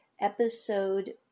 episode